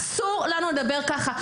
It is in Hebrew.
אסור לנו לדבר ככה.